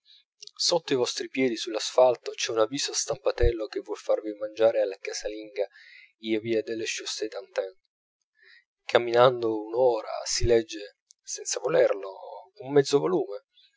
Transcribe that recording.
sotto i vostri piedi sull'asfalto c'è un avviso a stampatello che vuol farvi mangiare alla casalinga in via della chaussée d'antin camminando un'ora si legge senza volerlo un mezzo volume